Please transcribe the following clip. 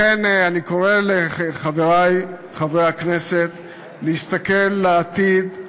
לכן אני קורא לחברי חברי הכנסת להסתכל אל העתיד,